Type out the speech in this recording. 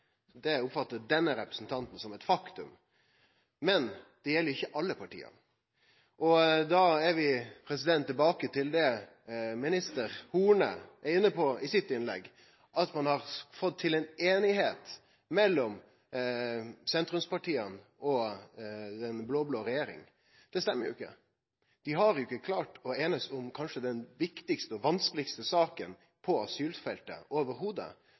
oppfattar denne representanten som eit faktum. Men det gjeld ikkje alle partia, og da er vi tilbake til det som minister Horne er inne på i sitt innlegg – at ein har fått til ei einigheit mellom sentrumspartia og den blå-blå regjeringa. Det stemmer ikkje. Dei har jo ikkje klart å einast om den kanskje viktigaste og vanskelegaste saka innan asylfeltet: